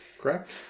correct